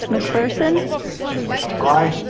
mcpherson aye.